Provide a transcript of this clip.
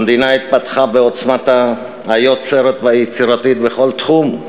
המדינה התפתחה בעוצמתה היוצרת והיצירתית בכל תחום,